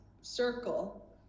circle